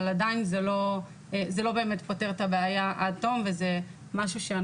אבל עדיין זה לא באמת פותר את הבעיה עד תום וזה משהו שאני